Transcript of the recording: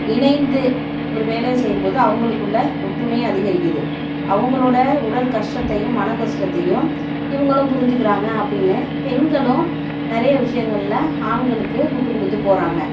இணைந்து ஒரு வேலையை செய்யும் போது அவங்களுக்குள்ள ஒற்றுமை அதிகரிக்கிறது அவங்களோட உடல் கஷ்டத்தையும் மன கஷ்டத்தையும் இவங்களும் புரிஞ்சுக்கிறாங்க அப்படினு பெண்களும் நிறைய விஷயங்களில் ஆண்களுக்கு விட்டு கொடுத்து போகிறாங்க